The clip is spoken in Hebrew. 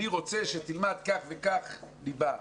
אני רוצה שתלמד כך וכך ליבה,